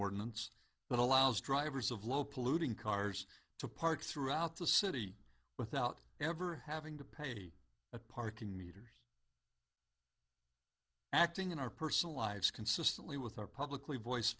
ordinance that allows drivers of low polluting cars to park throughout the city without ever having to pay a parking meters acting in our personal lives consistently with our publicly voice